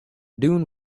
dune